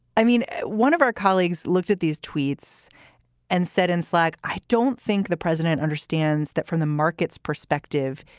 i mean, one of our colleagues looked at these tweets and said in slack, i don't think the president understands that from the market's perspective,